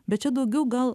bet čia daugiau gal